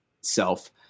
self